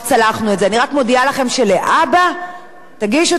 אני רק מודיעה לכם שלהבא תגישו את הבקשה,